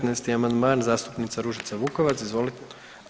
15 amandman zastupnica Ružica Vukovac, izvolite.